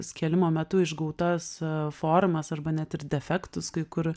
skėlimo metu išgautas formas arba net ir defektus kai kur